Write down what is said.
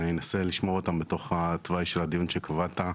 אנסה לשמור אותן בתוך תוואי הדיון שקבעת,